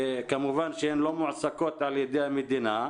וכמובן שהן לא מועסקות על ידי המדינה.